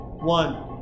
One